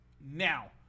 now